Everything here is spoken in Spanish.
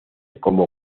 como